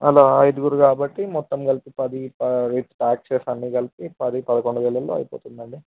అలా ఐదుగురు కాబట్టి మొత్తం కలిపి పది ఛార్జెస్ అన్నీ కలిపి పది పదకొండు వేలలో అయిపోతుంది అండి